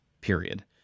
period